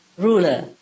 Ruler